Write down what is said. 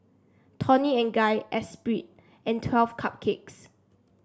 Toni and Guy Esprit and Twelve Cupcakes